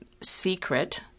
secret